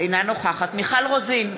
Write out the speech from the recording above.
אינה נוכחת מיכל רוזין,